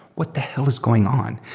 what the hell is going on?